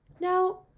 Now